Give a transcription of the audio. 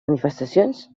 manifestacions